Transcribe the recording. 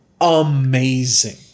amazing